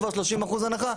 כבר 30% הנחה,